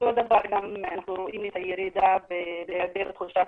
אותו דבר אנחנו רואים את הירידה בהיעדר תחושת